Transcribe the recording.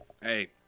Hey